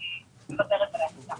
שייתנו לו פעם אחת.